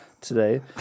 today